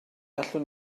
allwn